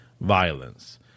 violence